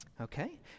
Okay